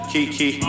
Kiki